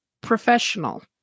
professional